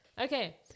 Okay